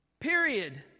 Period